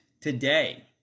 today